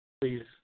Please